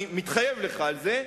אני מתחייב לך על זה,